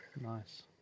nice